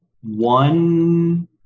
one